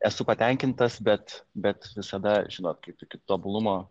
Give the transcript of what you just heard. esu patenkintas bet bet visada žinot kaip iki tobulumo